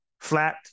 flat